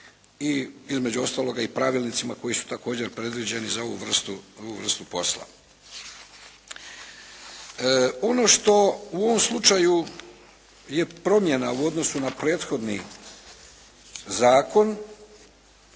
i između ostaloga i pravilnicima koji su također predviđeni za ovu vrstu posla. Ono što u ovom slučaju je promjena u odnosu na prethodni zakon